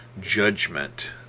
judgment